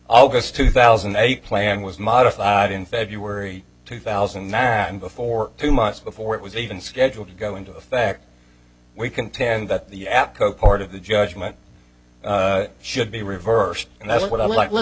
august two thousand and eight plan was modified in february two thousand and nine that before two months before it was even scheduled to go into effect we contend that the apco part of the judgment should be reversed and that's what i like let